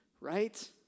right